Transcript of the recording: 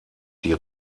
die